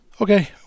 Okay